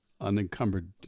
unencumbered